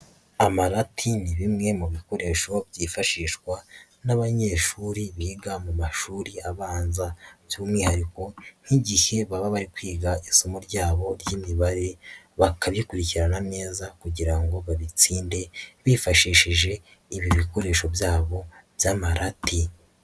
Amarati ni bimwe mu bikoresho byifashishwa n'abanyeshuri biga mu mashuri abanza by'umwihariko nk'igihe baba bari kwiga isomo ryabo ry'imibare bakabikurikirana neza kugira ngo babitsinde bifashishije ibi bikoresho byabo by'amarati.